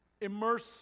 immerse